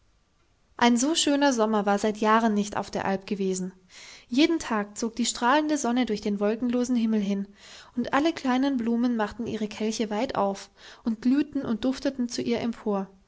ein so schöner sommer war seit jahren nicht auf der alp gewesen jeden tag zog die strahlende sonne durch den wolkenlosen himmel hin und alle kleinen blumen machten ihre kelche weit auf und glühten und dufteten zu ihr empor